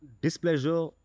displeasure